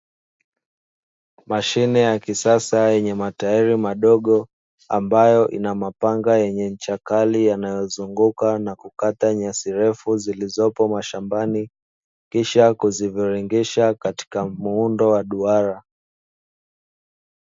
Mashine ya kisasa yenye matairi madogo ambayo ina mapanga yenye ncha kali yanayozunguka na kukata nyasi refu, zilizopo mashambani kisha kuziviringisha katika muundo wa duara.